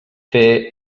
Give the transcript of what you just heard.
fer